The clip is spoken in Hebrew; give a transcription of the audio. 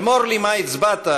אמור לי מה הצבעת,